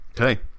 Okay